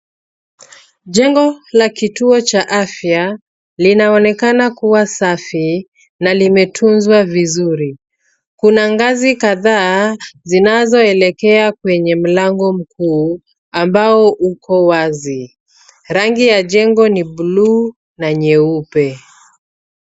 Jengo la kituo cha afya linaonekana kuwa safi na limetunzwa vizuri. Kuna ngazi kadhaa zinazoelekea kwenye mlango mkuu ambao uko wazi. Rangi ya jengo ni bluu na nyeupe.